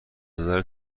نظر